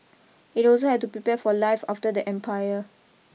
it also had to prepare for life after the empire